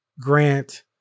Grant